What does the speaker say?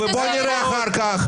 בוא נראה אחר כך.